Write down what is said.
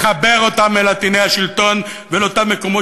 מחבר אותם אל עטיני השלטון ואל אותם מקומות